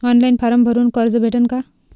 Online form भरून कर्ज भेटन का?